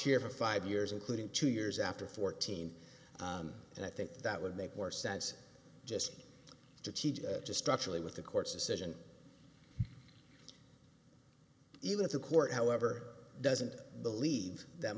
here for five years including two years after fourteen and i think that would make more sense just to teach structurally with the court's decision even if the court however doesn't believe that